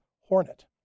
Hornet